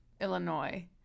Illinois